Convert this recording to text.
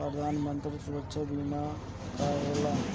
प्रधानमंत्री सुरक्षा बीमा योजना का होला?